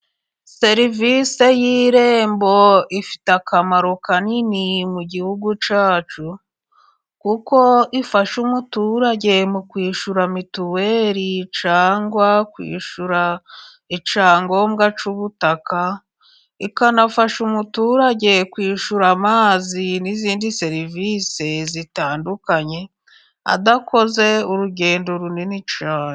Serivisi y'irembo ifite akamaro kanini mu gihugu cyacu, kuko ifasha umuturage mu kwishyura mituweli cyangwa kwishyura icyangombwa cy'ubutaka, ikanafasha umuturage kwishyura amazi n'izindi serivise zitandukanye adakoze urugendo runini cyane.